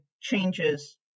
changes